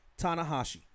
Tanahashi